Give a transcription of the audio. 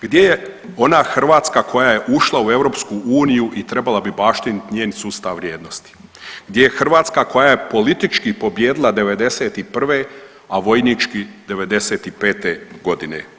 Gdje je ona Hrvatska koja je ušla u EU i trebala bi baštiniti njen sustav vrijednosti, gdje je Hrvatska koja je politički pobijedila '91., a vojnički '95. godine?